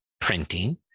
printing